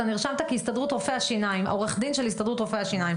אתה נרשמת כהסתדרות רופאי השיניים עורך דין של הסתדרות רופאי השיניים.